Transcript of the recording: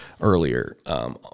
earlier